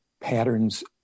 patterns